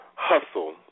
Hustle